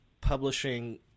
publishing